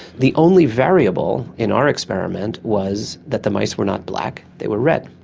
the only variable in our experiment was that the mice were not black, they were red.